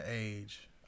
age